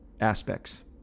aspects